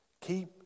Keep